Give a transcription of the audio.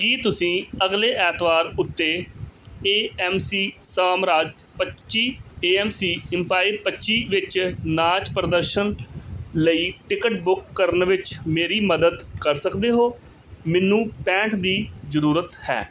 ਕੀ ਤੁਸੀਂ ਅਗਲੇ ਐਤਵਾਰ ਉੱਤੇ ਏ ਐਮ ਸੀ ਸਾਮਰਾਜ ਪੱਚੀ ਏ ਐਮ ਸੀ ਅੰਪਾਇਰ ਪੱਚੀ ਵਿਚ ਨਾਚ ਪ੍ਰਦਰਸ਼ਨ ਲਈ ਟਿਕਟ ਬੁੱਕ ਕਰਨ ਵਿੱਚ ਮੇਰੀ ਮਦਦ ਕਰ ਸਕਦੇ ਹੋ ਮੈਨੂੰ ਪੈਂਹਠ ਦੀ ਜ਼ਰੂਰਤ ਹੈ